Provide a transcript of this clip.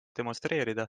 demonstreerida